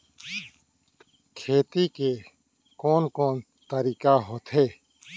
खेती के कोन कोन तरीका होथे?